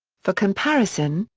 for comparison,